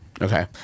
Okay